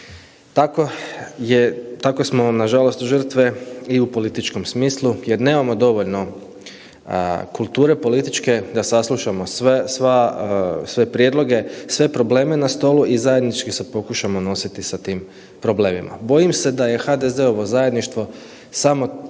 tako smo nažalost žrtve i u političkom smislu jer nemamo dovoljno kulture političke da saslušamo sve, sva, sve prijedloge, sve probleme na stolu i zajednički se pokušamo nositi sa tim problemima. Bojim se da je HDZ-ovo zajedništvo samo,